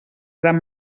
gran